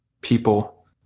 people